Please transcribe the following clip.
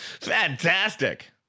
Fantastic